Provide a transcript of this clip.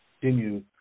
continue